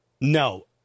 No